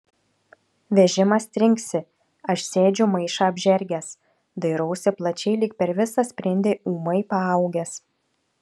vežimas trinksi aš sėdžiu maišą apžergęs dairausi plačiai lyg per visą sprindį ūmai paaugęs